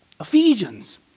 Ephesians